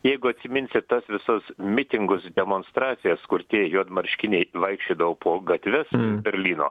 jeigu atsiminsi tas visas mitingus demonstracijas kur tie juodmarškiniai vaikščiodavo po gatves berlyno